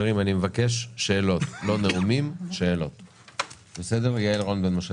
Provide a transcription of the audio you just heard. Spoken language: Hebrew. אני רואה שזה מקנה שני בונוסים אדירים לחברה